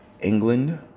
England